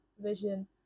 vision